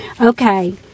Okay